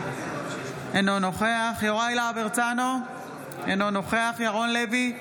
אינו נוכח יוראי להב הרצנו, אינו נוכח ירון לוי,